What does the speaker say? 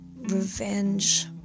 revenge